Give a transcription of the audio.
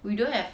we don't have